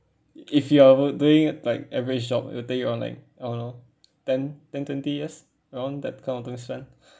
if you are doing like average job it will take you around like I don't know ten ten twenty years around that kind of time span